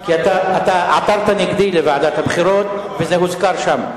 כי עתרת נגדי לוועדת הבחירות, וזה הוזכר שם.